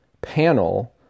panel